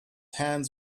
hands